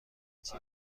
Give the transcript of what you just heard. چیزی